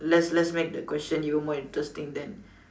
let's let's make the question even more interesting then